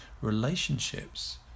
relationships